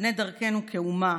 אבני דרכנו כאומה,